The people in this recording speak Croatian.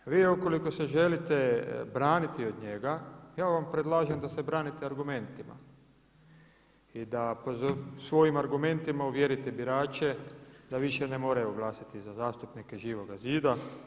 Vi ukoliko se želite braniti od njega, ja vam predlažem da se branite argumentima i da svojim argumentima uvjerite birače da više ne moraju glasati za zastupnike Živoga zida.